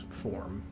form